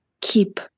keep